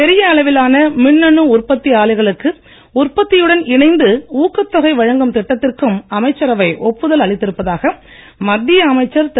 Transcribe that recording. பெரிய அளவிலான மின்னணு உற்பத்தி ஆலைகளுக்கு உற்பத்தியுடன் இணைந்து ஊக்கத்தொகை வழங்கும் திட்டத்திற்கும் அமைச்சரவை ஒப்புதல் அளித்திருப்பதாக மத்திய அமைச்சர் திரு